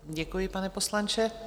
Děkuji, pane poslanče.